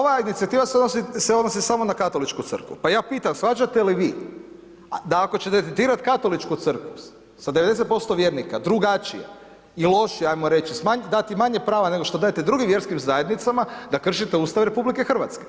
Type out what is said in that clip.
Ova inicijativa se odnosi, se odnosi samo na Katoličku crkvu, pa ja pitam shvaćate li vi da ako ćete tretirat Katoličku crkvu sa 90% vjernika drugačije i lošije ajmo reći, smanjiti, dati manje prava nego što dajete drugim vjerskim zajednicama da kršite Ustav RH.